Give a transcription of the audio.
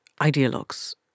ideologues